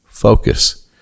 focus